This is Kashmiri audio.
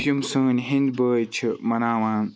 یِم سٲنۍ ہیٚنٛدۍ بٲے چھِ مَناوان